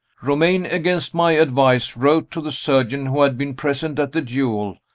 romayne, against my advice, wrote to the surgeon who had been present at the duel,